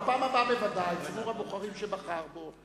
בפעם הבאה ציבור הבוחרים שבחר בו,